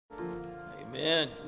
Amen